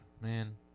Man